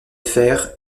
fer